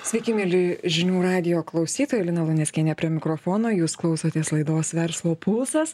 sveiki mieli žinių radijo klausytojai lina luneckienė prie mikrofono jūs klausotės laidos verslo pulsas